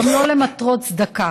גם לא למטרות צדקה.